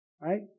Right